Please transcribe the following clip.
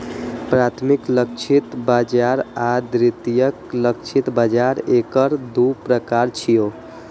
प्राथमिक लक्षित बाजार आ द्वितीयक लक्षित बाजार एकर दू प्रकार छियै